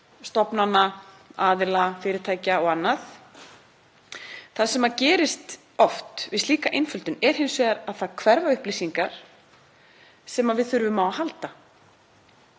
stofnana, aðila, fyrirtækja og annað. Það sem gerist oft við slíka einföldun er að upplýsingar sem við þurfum á að halda